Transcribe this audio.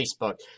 Facebook